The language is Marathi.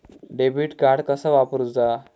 डेबिट कार्ड कसा वापरुचा?